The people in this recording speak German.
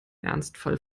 ernstfall